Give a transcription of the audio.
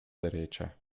derecha